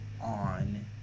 on